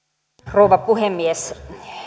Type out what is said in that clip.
rouva puhemies